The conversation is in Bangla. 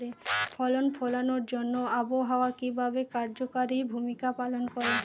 ফসল ফলানোর জন্য আবহাওয়া কিভাবে কার্যকরী ভূমিকা পালন করে?